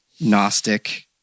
Gnostic